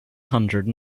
hundred